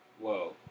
Whoa